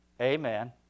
Amen